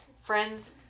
Friends